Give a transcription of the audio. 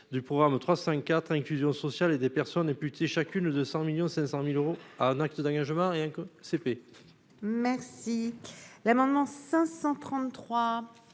du pouvoir me 3 5 4 inclusion sociale et des personnes chacune de 100 millions 500 1000 euros à un acte d'engagement, rien qu'au CP. Merci l'amendement 533